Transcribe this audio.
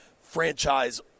franchise